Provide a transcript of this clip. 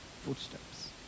footsteps